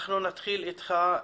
אנחנו נתחיל איתך,